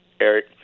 Eric